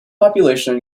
population